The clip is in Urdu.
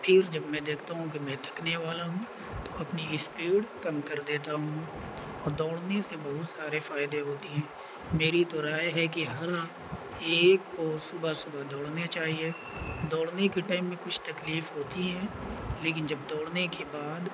پھر جب میں دیکھتا ہوں کہ میں تھکنے والا ہوں تو اپنی اسپیڈ کم کر دیتا ہوں اور دوڑنے سے بہت سارے فائدے ہوتی ہیں میری تو رائے ہے کہ ہر ایک کو صبح صبح دوڑنے چاہیے دوڑنے کے ٹائم میں کچھ تکلیف ہوتی ہیں لیکن جب دوڑنے کے بعد